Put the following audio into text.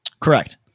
Correct